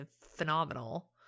phenomenal